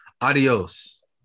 Adios